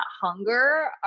hunger